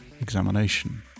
examination